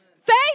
Faith